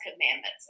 commandments